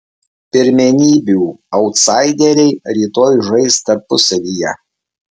pirmenybių autsaideriai rytoj žais tarpusavyje